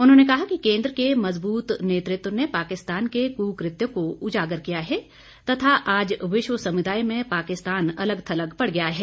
उन्होंने कहा कि केंद्र के मजबूत नेतृत्व ने पाकिस्तान के कुकृत्यों को उजागर किया है तथा आज विश्व समुदाय में पाकिस्तान अलग थलग पड़ गया है